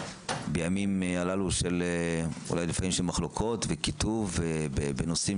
בימים הללו של אולי של מחלוקות וקיטוב בנושאים